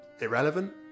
irrelevant